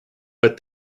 but